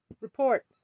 report